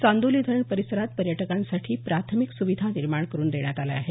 चांदोली धरण परिसरात पर्यटकांसाठी प्राथमिक सुविधा निर्माण करून दिल्या जात आहेत